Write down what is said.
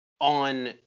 on